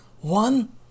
one